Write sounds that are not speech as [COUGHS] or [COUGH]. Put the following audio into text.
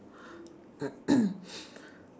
[COUGHS]